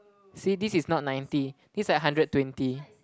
see this is not ninety this like hundred twenty